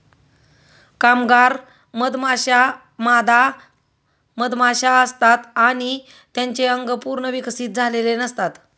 कामगार मधमाश्या मादा मधमाशा असतात आणि त्यांचे अंग पूर्ण विकसित झालेले नसतात